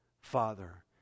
father